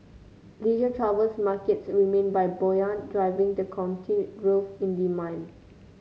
leisure travel markets remained buoyant driving the continued growth in demand